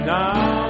now